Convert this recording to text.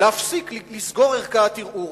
להפסיק, לסגור ערכאת ערעור.